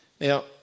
Now